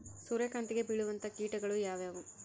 ಸೂರ್ಯಕಾಂತಿಗೆ ಬೇಳುವಂತಹ ಕೇಟಗಳು ಯಾವ್ಯಾವು?